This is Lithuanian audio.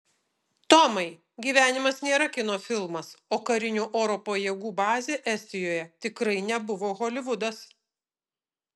tomai gyvenimas nėra kino filmas o karinių oro pajėgų bazė estijoje tikrai nebuvo holivudas